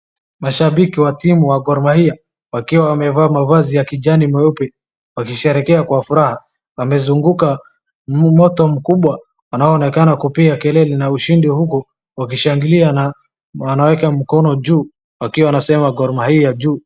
Mashambiki wa timu wa Gor mahia wakiwa wamevaa mavazi ya kijani meupe wakisherehekea kwa furaha wamezuguka moto mkubwa unaoonekana kupiga kelele na ushindi huku wakishangilia na wanaweka mkono juu wakiwa wanasema Gor mahia juu.